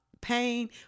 pain